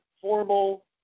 formal